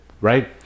right